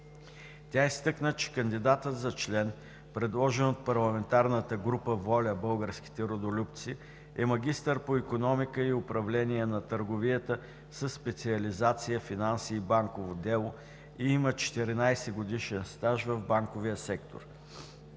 Тя изтъкна, че кандидатът за член, предложен от парламентарната група „Воля – Българските Родолюбци“, е магистър по икономика и управление на търговията със специализация „Финанси и банково дело“ и има 14-годишен стаж в банковия сектор.